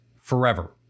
forever